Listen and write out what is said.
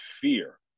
fear